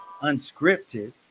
Unscripted